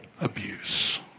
abuse